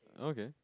okay